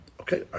Okay